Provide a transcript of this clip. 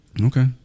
Okay